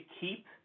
keep